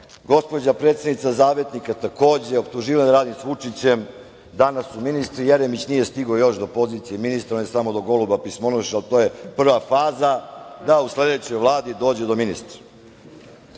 Gospođa predsednica „Zavetnika“ takođe, optuživala me je da radim sa Vučićem. Danas su ministri, Jeremić nije još stigao do pozicije ministra, on je samo do goluba pismonoše, ali to je prva faza da u sledećoj Vladi dođe do ministra. Imamo